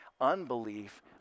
Unbelief